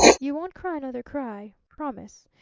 you won't cry another cry? promise?